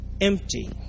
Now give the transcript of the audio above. empty